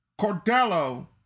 Cordello